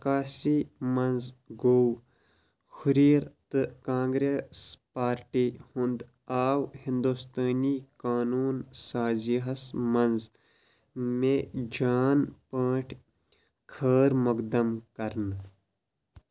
کانٛسی منٛز گوٚو ہُرٮ۪ر تہٕ کانٛگریس پارٹی ہُنٛد آو ہِنٛدوستٲنۍ قانوٗن سازیاہَس منٛز مےٚ جان پٲٹھۍ خٲر مقدم کَرنہٕ